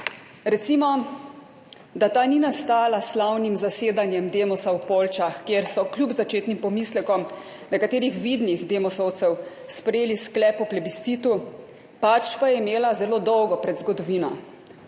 Recimo, da ta ni nastala s slavnim zasedanjem Demosa v Poljčah, kjer so kljub začetnim pomislekom nekaterih vidnih Demosovcev sprejeli sklep o plebiscitu, pač pa je imela zelo dolgo predzgodovino.